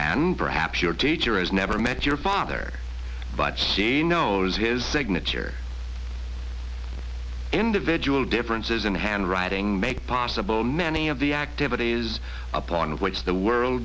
and perhaps your teacher has never met your father but chinos his signature individual differences in handwriting make possible many of the activities upon which the world